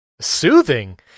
Soothing